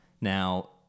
Now